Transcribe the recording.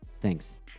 Thanks